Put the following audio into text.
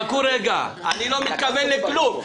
חכו רגע, אני לא מתכוון לכלום.